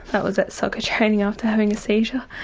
that was at soccer training after having a seizure.